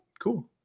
Cool